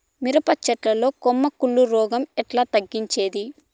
మిరప చెట్ల లో కొమ్మ కుళ్ళు రోగం ఎట్లా తగ్గించేది?